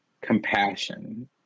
compassion